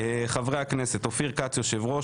חברי הכנסת: אופיר כץ יושב-ראש,